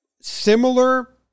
similar